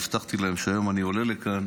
והבטחתי להם שהיום אני עולה לכאן